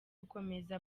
gukomeza